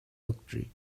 octree